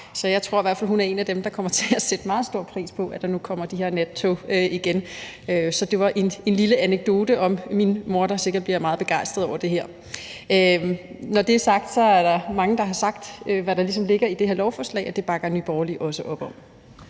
i hvert fald, at hun er en af dem, der kommer til at sætte meget stor pris på, at der nu kommer de her nattog igen. Det var en lille anekdote om min mor, der sikkert bliver meget begejstret over det her. Når det er sagt, er der mange, der har sagt, hvad der ligesom ligger i det her lovforslag, og det bakker Nye Borgerlige også op om.